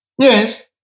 Yes